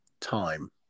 time